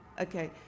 Okay